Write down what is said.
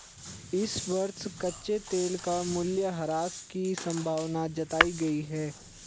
इस वर्ष कच्चे तेल का मूल्यह्रास की संभावना जताई गयी है